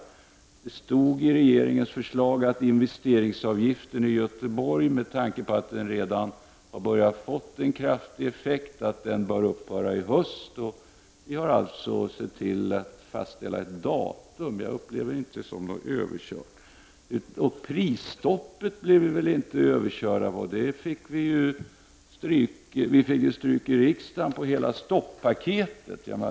Det stod i regeringens förslag att investeringsavgiften i Göteborg, med tanke på att den redan har börjat få en kraftig effekt, bör upphöra i höst, och det har nu fastställts ett datum. Vi blev inte heller överkörda i fråga om prisstoppet. Vi fick ju stryk i riksdagen i fråga om hela stoppaketet.